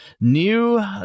new